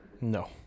no